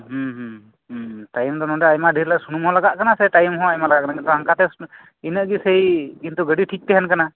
ᱦᱩᱸ ᱦᱩᱸ ᱦᱩᱸ ᱴᱟᱭᱤᱢ ᱦᱚᱸ ᱱᱚᱰᱮ ᱟᱭᱢᱟ ᱰᱷᱮᱨ ᱥᱩᱱᱩᱢ ᱦᱚᱸ ᱞᱟᱜᱟᱜ ᱠᱟᱱᱟ ᱟᱨ ᱴᱟᱭᱤᱢ ᱦᱚᱸ ᱞᱟᱜᱟᱜ ᱠᱟᱱᱟ ᱞᱟᱜᱟᱜ ᱠᱟᱱᱟ ᱤᱱᱟᱹᱜᱮ ᱥᱮᱭ ᱜᱟᱹᱰᱤ ᱴᱷᱤᱠ ᱛᱟᱦᱮᱱ ᱠᱟᱱᱟ